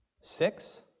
Six